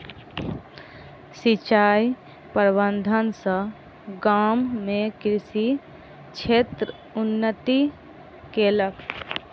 सिचाई प्रबंधन सॅ गाम में कृषि क्षेत्र उन्नति केलक